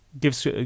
gives